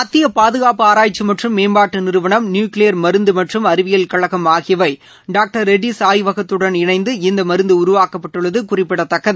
மத்திய பாதுகாப்பு ஆராய்ச்சி மற்றும் மேம்பாட்டு நிறுவனம் நியூக்ளியர் மருந்து மற்றும் அறிவியல் கழகம் ஆகியவை டாங்டர் ரெட்டீஸ் ஆய்வகத்துடன் இணைந்து இந்த மருந்து உருவாக்கப்பட்டுள்ளது குறிப்பிடத்தக்கது